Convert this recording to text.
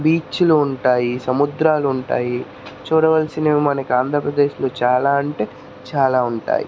బీచ్లు ఉంటాయి సముద్రాలు ఉంటాయి చూడవల్సినవి మనకి ఆంధ్రప్రదేశ్లో చాలా అంటే చాలా ఉంటాయి